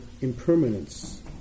impermanence